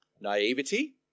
naivety